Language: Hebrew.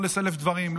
לא לסלף דברים,